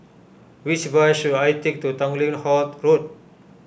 which bus should I take to Tanglin Halt Road